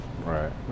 right